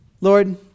Lord